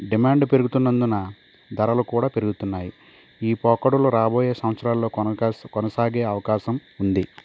demand పెరుగుతున్నందున ధరలు కూడా పెరుగుతున్నాయి ఈ పోకడలు రాబోయే సంవత్సరాలలో కొనకాగే కొనసాగే అవకాశం ఉంది